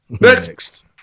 Next